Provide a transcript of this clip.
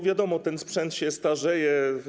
Wiadomo, ten sprzęt się starzeje.